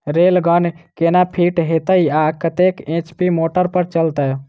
Rain gun केना fit हेतइ आ कतेक एच.पी मोटर पर चलतै?